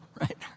right